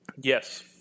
Yes